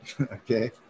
okay